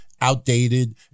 Outdated